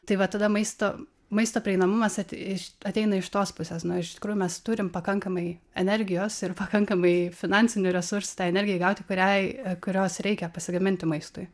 tai vat tada maisto maisto prieinamumas iš ateina iš tos pusės nu iš tikrųjų mes turim pakankamai energijos ir pakankamai finansinių resursų tą energijai gauti kuriai kurios reikia pasigaminti maistui